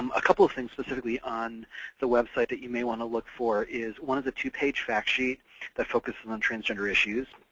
um a couple of things specifically on the website that you may want to look for is one of the two-page fact sheets that focuses and on transgender issues,